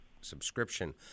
subscription